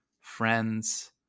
friends